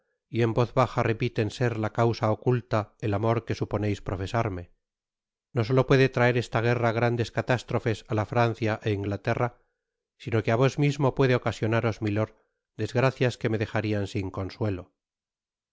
y en voz baja repiten ser la causa oculta el amor que suponeis profesarme no solo puede traer esta guerra grandes catástrofes á la francia éinglaterra sino que á vos mismo puede ocasionaros milord desgracias que me dejarían sin consuelo